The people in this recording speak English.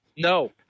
No